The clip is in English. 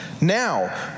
Now